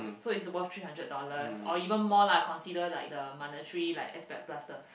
so it's worth three hundred dollars or even more lah consider like the monetary like aspect plus the